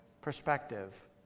perspective